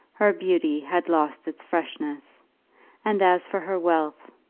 her beauty had lost its freshness and as for her wealth,